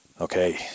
Okay